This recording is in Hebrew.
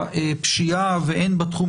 בפשיעה והן בתחום